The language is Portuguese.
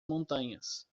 montanhas